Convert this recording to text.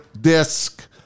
disc